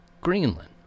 Greenland